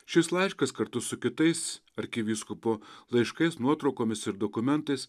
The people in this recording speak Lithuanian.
šis laiškas kartu su kitais arkivyskupo laiškais nuotraukomis ir dokumentais